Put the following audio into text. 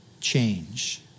change